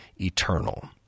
eternal